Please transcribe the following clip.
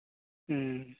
ᱦᱮᱸ